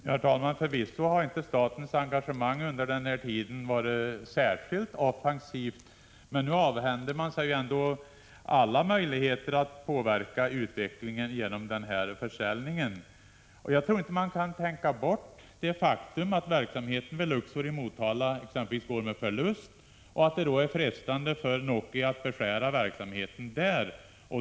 Herr talman! Förvisso har inte statens engagemang under denna tid varit särskilt offensivt, men genom den här försäljningen avhänder man sig nu alla möjligheter att påverka utvecklingen. Jag tror inte att man kan tänka bort det faktum att verksamheten vid Luxor i Motala går med förlust och att det därför är frestande för Nokia att skära ned verksamheten där.